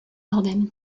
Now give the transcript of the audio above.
ardennes